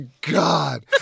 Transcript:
god